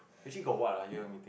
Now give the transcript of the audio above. actually got what [huh] hear of meeting